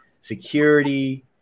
security